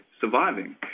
surviving